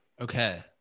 Okay